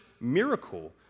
miracle